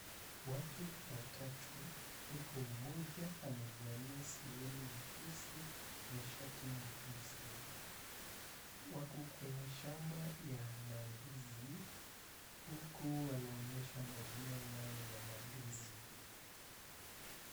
Watu watatu huku mmoja amevalia suruali nyeusi na shati nyeusi wako kwenye shamba ya mandizi huku wanaonyesha mavuno yao ya mandizi.